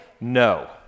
No